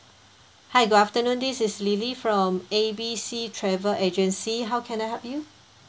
hi good afternoon this is lily from A B C travel agency how can I help you